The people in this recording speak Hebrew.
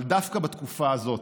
דווקא בתקופה הזאת,